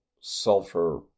sulfur